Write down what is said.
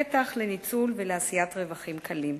פתח לניצול ולעשיית רווחים קלים.